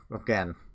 again